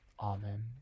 Amen